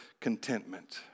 contentment